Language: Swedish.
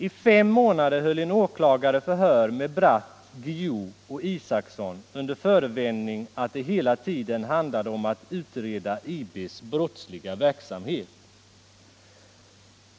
I fem månader höll en åklagare förhör med Bratt, Guillou och Isacsson under förevändning att det hela tiden handlade om att utreda IB:s brottsliga verksamhet.